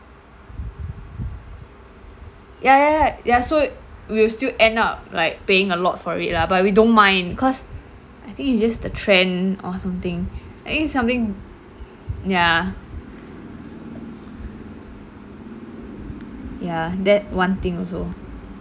ya ya ya ya so we'll still end up like paying a lot for it lah but we don't mind cause I think it's just the trend or something I think its something ya ya that one thing also